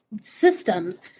systems